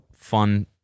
fun